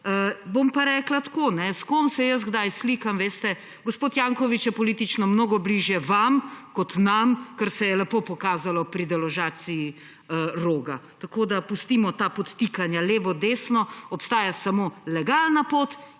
Bom pa rekla tako. S kom se jaz kdaj slikam – veste, gospod Janković je politično mnogo bližje vam kot nam, kar se je lepo pokazalo pri deložaciji Roga. Tako da pustimo ta podtikanja levo, desno. Obstajata samo legalna pot